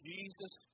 Jesus